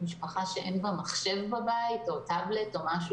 כלומר, צריך